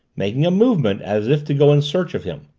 making a movement as if to go in search of him.